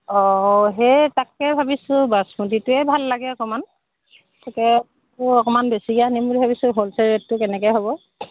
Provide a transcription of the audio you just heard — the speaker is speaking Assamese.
অঁ সেই তাকে ভাবিছোঁ বাচমতিটোৱে ভাল লাগে অকণমান তাকে অকণমান বেছিকে আনিম বুলি ভাবিছোঁ হ'ল চেল ৰেটটো কেনেকে হ'ব